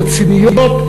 רציניות,